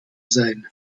sein